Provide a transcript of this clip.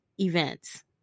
events